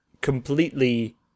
completely